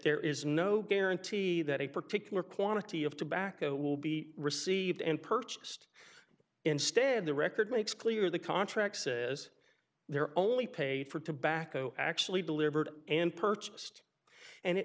there is no guarantee that a particular quantity of tobacco will be received and purchased instead the record makes clear the contract says they're only paid for tobacco actually delivered and purchased and it